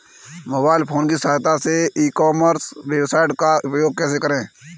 Mobile phone की सहायता से ई कॉमर्स वेबसाइट का उपयोग कैसे करें?